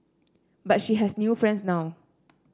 but she has new friends now